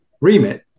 remit